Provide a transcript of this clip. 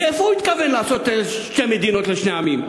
איפה הוא התכוון לעשות שתי מדינות לשני עמים,